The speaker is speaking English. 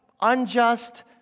unjust